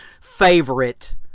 favorite